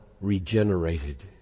regenerated